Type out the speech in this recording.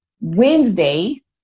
Wednesday